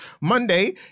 Monday